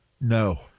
No